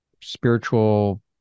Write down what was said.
spiritual